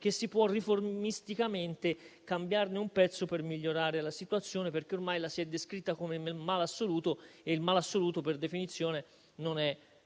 che si può cambiarne un pezzo per migliorare la situazione, perché ormai la si è descritta come male assoluto e il male assoluto, per definizione, non è